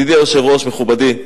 ידידי היושב-ראש, מכובדי,